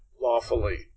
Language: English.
lawfully